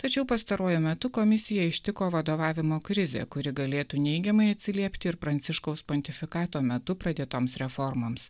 tačiau pastaruoju metu komisiją ištiko vadovavimo krizė kuri galėtų neigiamai atsiliepti ir pranciškaus pontifikato metu pradėtoms reformoms